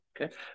Okay